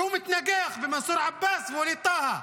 והוא מתנגח במנסור עבאס ובווליד טאהא.